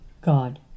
God